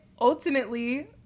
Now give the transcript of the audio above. ultimately